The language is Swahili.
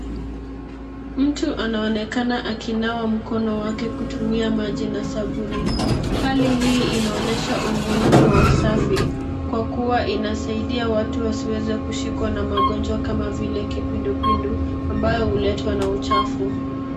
Mtu anaonekana akinawa mkono wake kutumia maji na sabuni, hali hii inaonyesha umuhimu wa usafi, kwa kuwa inasaidia watu waweze kushikwa na magonjwa kama vile kipindupindu, ambayo huletwa na uchafu.